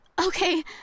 Okay